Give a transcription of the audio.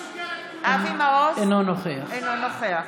אינו נוכח אינו נוכח.